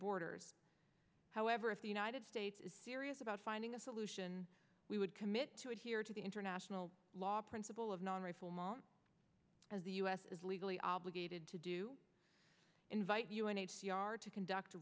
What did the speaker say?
borders however if the united states is serious about finding a solution we would commit to adhere to the international law principle of non reform as the us is legally obligated to do invite u n h c r to conduct